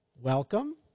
welcome